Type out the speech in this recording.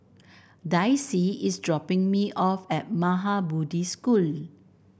Dicy is dropping me off at Maha Bodhi School